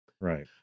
Right